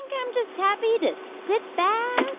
i'm just happy to sit back,